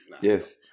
yes